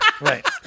right